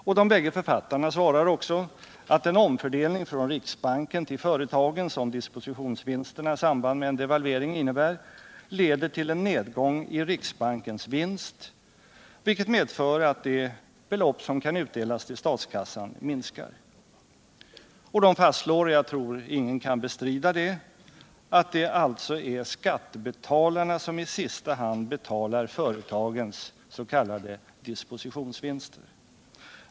Också de bägge författarna svarar att den omfördelning från riksbanken till företagen som ”dispositionsvinsterna” i samband med en devalvering innebär leder till en nedgång i riksbankens vinst, vilket medför att det belopp som skall utdelas till statskassan minskar. De fastslår, och jag tror inte att någon kan bestrida det, att det alltså är skattebetalarna, som i sista hand betalar företagens s.k. dispositionsvinster.